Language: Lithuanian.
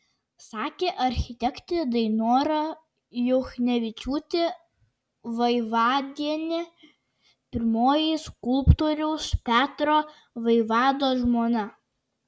sakė architektė dainora juchnevičiūtė vaivadienė pirmoji skulptoriaus petro vaivados žmona